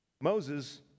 Moses